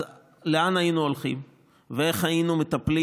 אז לאן היינו הולכים ואיך היינו מטפלים